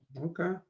Okay